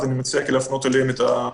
אז אני מציע להפנות אליהם את השאלה.